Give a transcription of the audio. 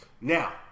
Now